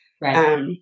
right